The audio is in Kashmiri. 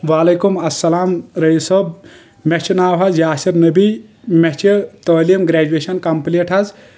وعلیکم اسلام رٔیٖس صٲب مےٚ چھ ناو حظ یاصر نبی مےٚ چھِ تعلیٖم گریجویش کمپٕلیٖٹ حظ